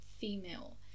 female